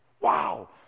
Wow